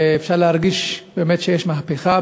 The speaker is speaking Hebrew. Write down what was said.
ואפשר להרגיש באמת שיש מהפכה,